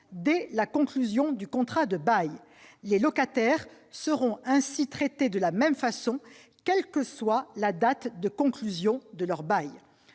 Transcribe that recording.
dès la conclusion du contrat de bail. Les locataires seront ainsi traités de la même façon, quelle que soit la date de conclusion de leur bail.